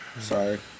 Sorry